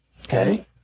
Okay